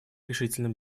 решительным